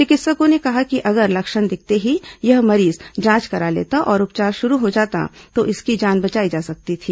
चिकित्सकों ने कहा कि अगर लक्षण दिखते ही यह मरीज जांच करा लेता और उपचार शुरू हो जाता तो इसकी जान बचाई जा सकती थी